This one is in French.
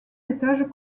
étages